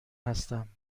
هستم